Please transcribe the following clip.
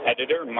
Editor